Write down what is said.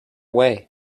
way